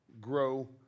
grow